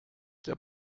der